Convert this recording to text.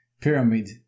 pyramid